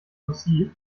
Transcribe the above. plosiv